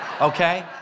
okay